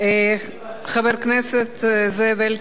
חבר הכנסת זאב אלקין